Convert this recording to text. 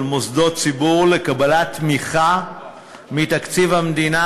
מוסדות ציבור לקבלת תמיכה מתקציב המדינה.